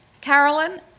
Carolyn